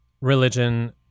religion